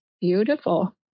beautiful